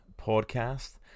podcast